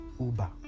Uber